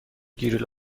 گریل